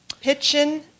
Pitching